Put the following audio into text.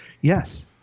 Yes